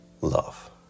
love